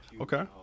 Okay